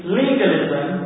legalism